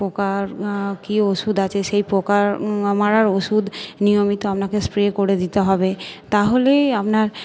পোকার কি ওষুধ আছে সেই পোকা মারার ওষুধ নিয়মিত আপনাকে স্প্রে করে দিতে হবে তাহলেই আপনার